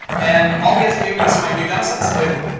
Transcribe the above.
and all we had to do was find new data sets and label them.